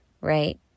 right